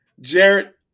Jarrett